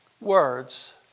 words